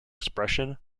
expression